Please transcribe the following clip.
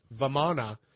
Vamana